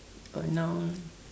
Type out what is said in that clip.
got a noun